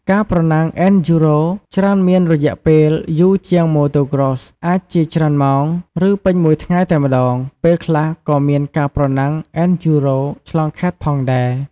ការប្រណាំង អេនឌ្យូរ៉ូ (Enduro) ច្រើនមានរយៈពេលយូរជាង Motocross អាចជាច្រើនម៉ោង ឬពេញមួយថ្ងៃតែម្តង ពេលខ្លះក៏មានការប្រណាំង អេនឌ្យូរ៉ូ (Enduro) ឆ្លងខេត្តផងដែរ។